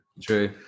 True